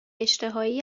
اشتهایی